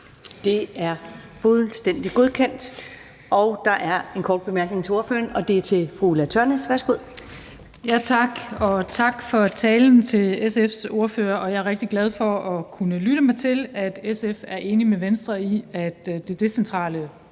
Det er fuldstændig godkendt. Der er en kort bemærkning til ordføreren. Det er fra fru Ulla Tørnæs. Værsgo. Kl. 21:28 Ulla Tørnæs (V): Tak. Tak til SF's ordfører for talen. Jeg er rigtig glad for at kunne lytte mig til, at SF er enig med Venstre i, at det decentrale